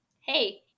Hey